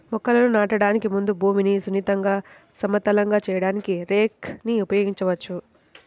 మొక్కలను నాటడానికి ముందు భూమిని సున్నితంగా, సమతలంగా చేయడానికి రేక్ ని ఉపయోగించవచ్చు